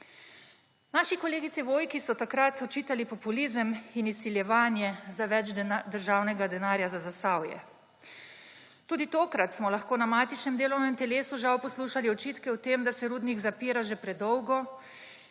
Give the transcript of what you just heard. Naši kolegici Vojki so takrat očitali populizem in izsiljevanje za več državnega denarja za Zasavje. Tudi tokrat smo lahko na matičnem delovnem telesu žal poslušali očitke o tem, da se rudnik zapira že predolgo